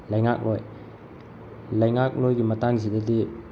ꯂꯩꯉꯥꯛꯂꯣꯏ ꯂꯩꯉꯥꯛꯂꯣꯏꯒꯤ ꯃꯇꯥꯡꯁꯤꯗꯗꯤ